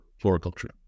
floriculture